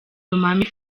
lomami